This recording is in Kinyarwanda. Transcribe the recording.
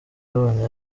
yabonye